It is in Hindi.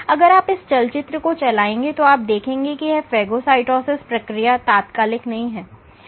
अब अगर आप इस चलचित्र को चलाएंगे तो आप देखेंगे कि यह फेगोसाइटोसिस प्रक्रिया तात्कालिक नहीं है